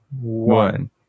one